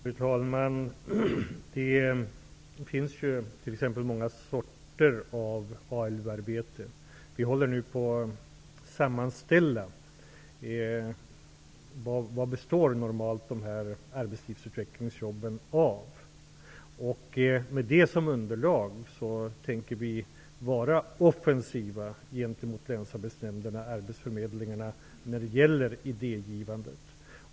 Fru talman! Det finns många sorters ALU-arbeten. Vi håller nu på att sammanställa vad de här arbetslivsutvecklingsjobben normalt består av. Med detta som underlag tänker vi vara offensiva gentemot länsarbetsnämnderna och arbetsförmedlingarna när det gäller idégivandet.